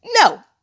No